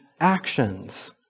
actions—